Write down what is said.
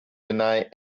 deny